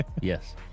yes